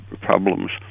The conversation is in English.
problems